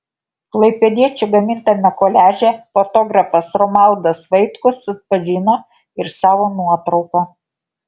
klaipėdiečių gamintame koliaže fotografas romualdas vaitkus atpažino ir savo nuotrauką